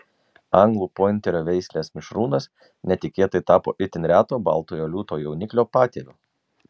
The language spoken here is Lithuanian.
anglų pointerio veislės mišrūnas netikėtai tapo itin reto baltojo liūto jauniklio patėviu